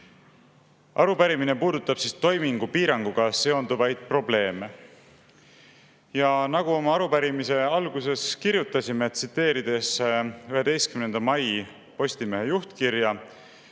Arupärimine puudutab toimingupiiranguga seonduvaid probleeme. Nagu me oma arupärimise alguses kirjutasime, tsiteerides 11. mai Postimehe juhtkirja: